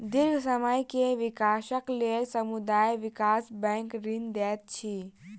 दीर्घ समय के विकासक लेल समुदाय विकास बैंक ऋण दैत अछि